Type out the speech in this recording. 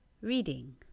reading